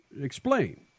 Explain